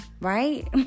Right